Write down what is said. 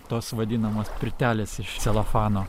tos vadinamos pirtelės iš celofano